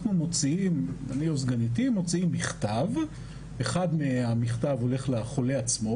אני או סגניתי מוציאים מכתב אחד מהמכתב הולך לחולה עצמו,